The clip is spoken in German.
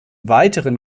weiteren